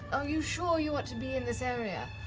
are you sure you want to be in this area?